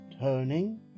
Turning